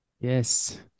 Yes